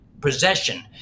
possession